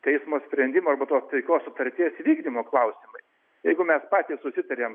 teismo sprendimo arba tos taikos sutarties vykdymo klausimai jeigu mes patys susitarėm